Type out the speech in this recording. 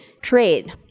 trade